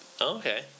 Okay